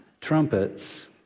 trumpets